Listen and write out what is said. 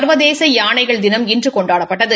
சா்வதேச யானைகள் தினம் இன்று கொண்டாடப்பட்டது